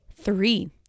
Three